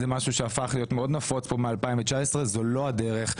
זה משהו שהפך להיות מאוד נפוץ כאן משנת 2019 אבל זו לא הדרך.